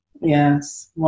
Yes